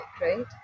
right